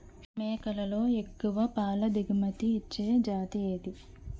మేకలలో ఎక్కువ పాల దిగుమతి ఇచ్చే జతి ఏది?